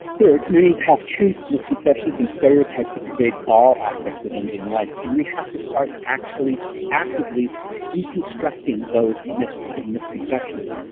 there are many half-truths, misconceptions and stereotypes that pervade all aspects of indian life. and we have to start actually actively deconstructing those myths and misconceptions.